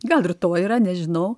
gal ir to yra nežinau